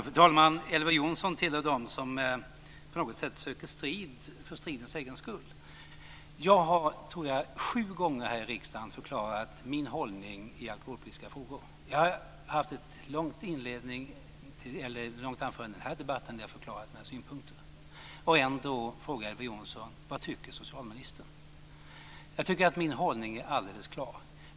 Fru talman! Elver Jonsson tillhör dem som på något sätt söker strid för stridens egen skull. Jag tror att jag har förklarat min hållning i alkoholpolitiska frågor sju gånger här i riksdagen. Jag höll ett långt anförande i den här debatten där jag har förklarat mina synpunkter. Ändå frågar Elver Jonsson: Vad tycker socialministern? Jag tycker att min hållning är alldeles klar.